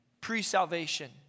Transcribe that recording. pre-salvation